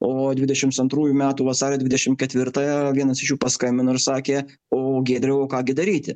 o dvidešims antrųjų metų vasario dvidešim ketvirtąją vienas iš jų paskambino ir sakė o giedriau o ką gi daryti